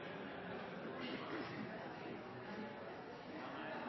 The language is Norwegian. Russland. Jeg har